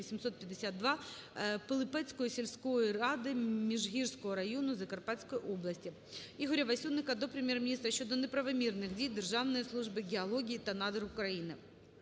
852, Пилипецької сільської ради Міжгірського району Закарпатської області. Ігоря Васюника до Прем'єр-міністра щодо неправомірних дій Державної служби геології та надр України.